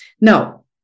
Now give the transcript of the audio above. Now